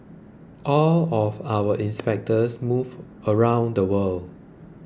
all of our inspectors move around the world